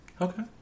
Okay